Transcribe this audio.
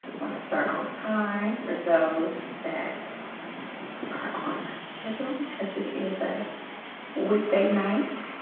wanna start on time for those that are on a schedule because it is a weekday night